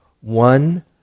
One